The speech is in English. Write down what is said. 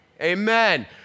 Amen